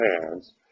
hands